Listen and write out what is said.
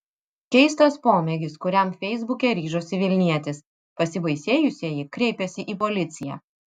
keistas pomėgis kuriam feisbuke ryžosi vilnietis pasibaisėjusieji kreipėsi į policiją